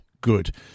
good